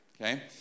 Okay